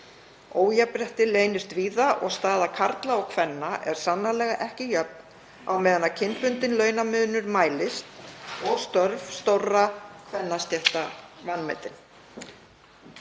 Ójafnrétti leynist víða og staða karla og kvenna er sannarlega ekki jöfn á meðan kynbundinn launamunur mælist og störf stórra kvennastétta eru vanmetin.